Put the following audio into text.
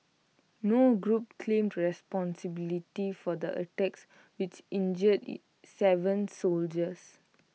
no group claimed responsibility for the attacks which injured Seven soldiers